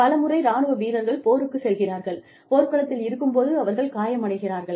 பலமுறை ராணுவ வீரர்கள் போருக்கு செல்கிறார்கள் போர்க்களத்தில் இருக்கும் போது அவர்கள் காயமடைகிறார்கள்